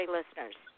Listeners